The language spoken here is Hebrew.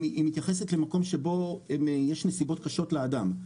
מתייחסת למקום שבו יש נסיבות קשות לאדם,